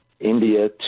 India